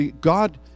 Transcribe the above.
God